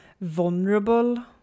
vulnerable